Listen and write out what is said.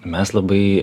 mes labai